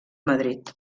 madrid